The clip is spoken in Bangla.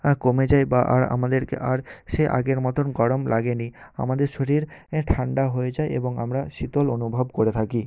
আর কমে যায় বা আর আমাদেরকে আর সেই আগের মতন গরম লাগে নি আমাদের শরীর এ ঠান্ডা হয়ে যায় এবং আমরা শীতল অনুভব করে থাকি